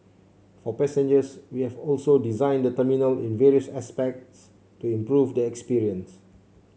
for passengers we have also designed the terminal in various aspects to improve the experience